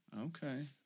Okay